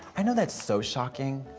i know that's so shocking.